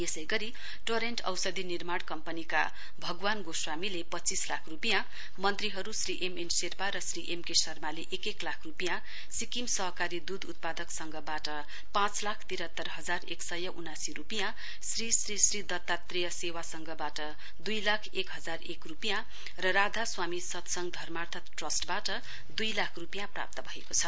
यसै गरी टोरेन्ट औषधि निर्माण कम्पनीका भगवान गोश्वामीले पञ्चीस लाख रूपियाँ मन्त्रीहरू श्री एम एन शेर्पा र श्री एम के शर्माले एक एक लाख रूपियाँ सिक्किम सहकारी दूध उत्पादक संघबाट पाँच लाख तिरात्तर हजार एक सय उनासी रूपियाँ श्री श्री श्री दत्ताश्रेय सेवा संघबाट दुई लाख एक हजार एक रूपियाँ र राधास्वामी सत्संग धर्माथ ट्रस्टबाट दुई लाख रूपियाँ प्राप्त भएको छ